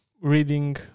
reading